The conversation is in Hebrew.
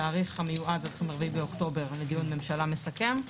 התאריך המיועד הוא 24 באוקטובר לדיון ממשלה מסכם.